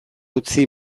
utzi